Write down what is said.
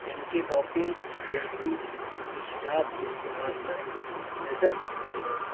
anti doping agency منشیات کے استعمال پر نظر رکھتی ہے